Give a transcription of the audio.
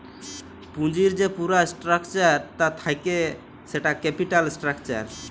পুঁজির যে পুরা স্ট্রাকচার তা থাক্যে সেটা ক্যাপিটাল স্ট্রাকচার